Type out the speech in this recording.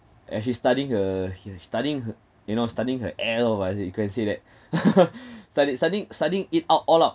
and she's studying her yes studying h~ you know studying her l what is it you can say that study studying studying it out all out